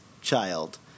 Child